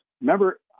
Remember